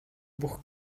бүх